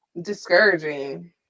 discouraging